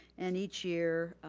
and each year,